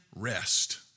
rest